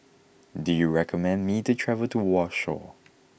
do you recommend me to travel to Warsaw